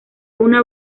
una